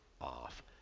off